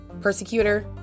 persecutor